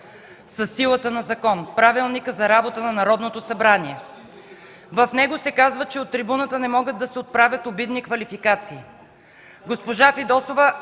силата на закон – Правилника за организацията и дейността на Народното събрание. В него се казва, че от трибуната не могат да се отправят обидни квалификации.